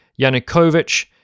Yanukovych